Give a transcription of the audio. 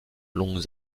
longues